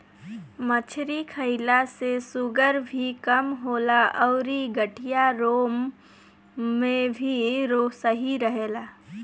मछरी खईला से शुगर भी कम होला अउरी गठिया रोग में भी सही रहेला